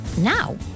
Now